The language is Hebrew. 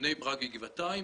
בני ברק וגבעתיים,